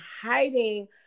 hiding